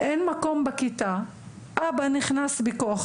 אין מקום בכיתה; אבא נכנס בכוח,